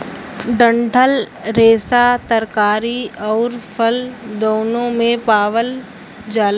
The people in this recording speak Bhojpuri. डंठल रेसा तरकारी आउर फल दून्नो में पावल जाला